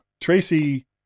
Tracy